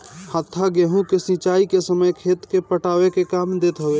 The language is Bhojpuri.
हत्था गेंहू के सिंचाई के समय खेत के पटावे के काम देत हवे